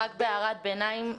הערת ביניים.